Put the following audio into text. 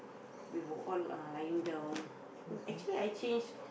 we were uh lying down actually I change